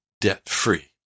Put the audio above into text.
debt-free